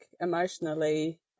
emotionally